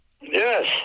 Yes